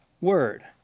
word